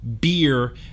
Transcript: beer